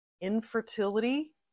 infertility